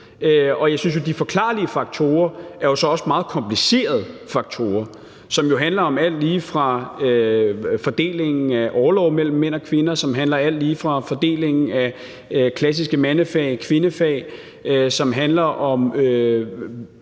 Og jeg synes, at de forklarlige faktorer så også er meget komplicerede faktorer, som jo handler om fordelingen af orlov mellem mænd og kvinder; som handler om fordelingen af klassiske mandefag og kvindefag; og som handler om